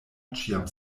ĉiam